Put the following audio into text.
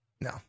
No